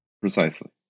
Precisely